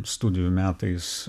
studijų metais